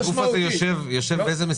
הגוף הזה, באיזה משרד הוא יושב?